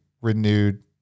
renewed